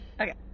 Okay